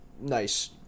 nice